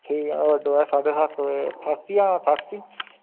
ठीक ऐ बडलै साड्ढे सत्त बजे थाप्पी आना थाप्पी